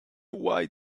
why